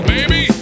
Baby